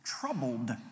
troubled